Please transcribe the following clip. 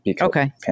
Okay